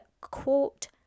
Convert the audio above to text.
quote